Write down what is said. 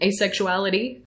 asexuality